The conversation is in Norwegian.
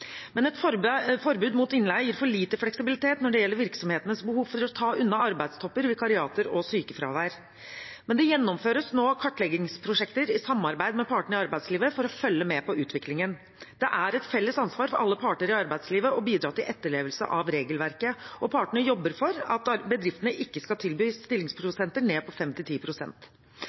Men et forbud mot innleie gir for lite fleksibilitet når det gjelder virksomhetenes behov for å ta unna arbeidstopper, vikariater og sykefravær. Det gjennomføres nå kartleggingsprosjekter i samarbeid med partene i arbeidslivet for å følge med på utviklingen. Det er et felles ansvar for alle parter i arbeidslivet å bidra til etterlevelse av regelverket, og partene jobber for at bedriftene ikke skal tilby stillingsprosenter ned